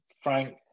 Frank